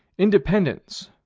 independence,